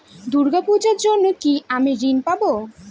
দূর্গা পূজার জন্য কি আমি ঋণ পাবো?